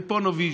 בפוניבז',